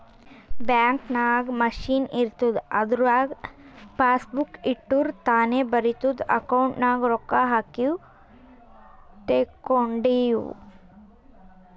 bank ನಾಗ್ machine ಇರ್ತುದ್ ಅದುರಾಗ್ ಪಾಸಬುಕ್ ಇಟ್ಟುರ್ ತಾನೇ ಬರಿತುದ್ ಅಕೌಂಟ್ ನಾಗ್ ರೊಕ್ಕಾ ಹಾಕಿವು ತೇಕೊಂಡಿವು